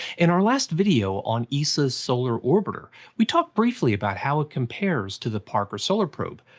in our last video on esa's solar orbiter, we talked briefly about how it compares to the parker solar probe.